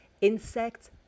insects